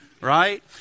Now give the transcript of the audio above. right